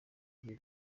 bibi